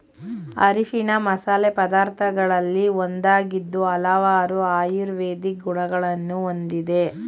ಅರಿಶಿಣ ಮಸಾಲೆ ಪದಾರ್ಥಗಳಲ್ಲಿ ಒಂದಾಗಿದ್ದು ಹಲವಾರು ಆಯುರ್ವೇದಿಕ್ ಗುಣಗಳನ್ನು ಹೊಂದಿದೆ